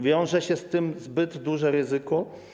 Wiąże się z tym zbyt duże ryzyko.